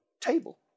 table